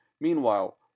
Meanwhile